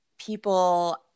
People